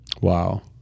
Wow